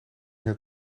het